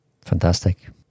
fantastic